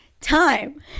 time